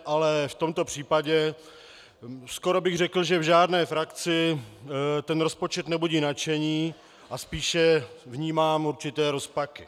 Ale v tomto případě skoro bych řekl, že v žádné frakci ten rozpočet nebudí nadšení, a spíše vnímám určité rozpaky.